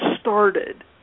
started